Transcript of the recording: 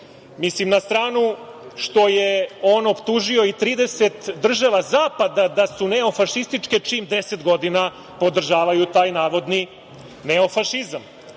Srbiju? Mislim, na stranu što je on optužio i 30 država zapada da su neofašističke čim 10 godina podržavaju taj navodni neofašizam.